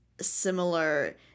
similar